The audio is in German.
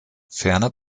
ferner